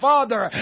Father